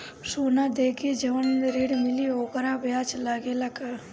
सोना देके जवन ऋण मिली वोकर ब्याज लगेला का?